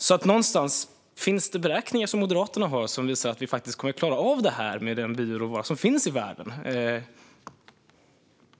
Jag undrar därför: Har Moderaterna beräkningar som visar att vi faktiskt kommer att klara av det här med den bioråvara som finns i världen? Det är min fråga.